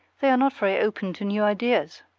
they are not very open to new ideas.